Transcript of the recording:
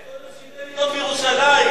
קודם שייתן לבנות בירושלים,